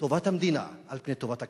טובת המדינה על פני טובת הקבוצה.